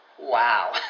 Wow